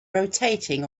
rotating